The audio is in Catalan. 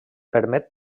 permet